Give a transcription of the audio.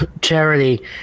Charity